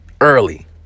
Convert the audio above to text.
early